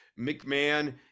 McMahon